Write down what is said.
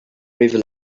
river